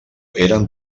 eren